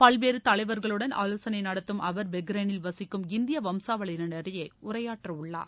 பல்வேறு தலைவர்களுடன் ஆவோசனை நடத்தும் அவர் பெஹ்ரனில் வசிக்கும் இந்திய வம்சாவளியினிடையே உரையாற்ற உள்ளார்